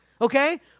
okay